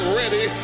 ready